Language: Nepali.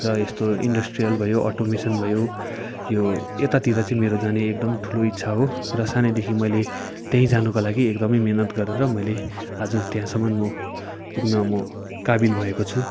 र यस्तो इन्डस्ट्रियल भयो अटोमेसन भयो यो यतातिर चाहिँ मेरो जाने एकदम ठुलो इच्छा हो र सानैदेखि मैले त्यहीँ जानुको लागि एकदमै मेहनत गरेर मैले आज त्यहाँसम्म म पुग्न म काबिल भएको छु